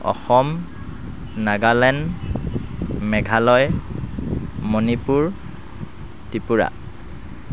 Assam Nagaland Meghalaya Manipur Tripura